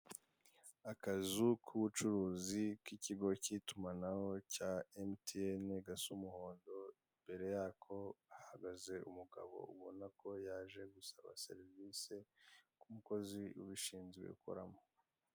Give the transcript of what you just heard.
Akazu k'ubucuruzi k'ikigo k'itumanaho cya MTN gasa umuhondo, imbere yako hahagaze umugabo ubona ko yaje gusaba serivise ku mukozi ubishinzwe ukoramo.